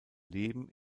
leben